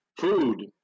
food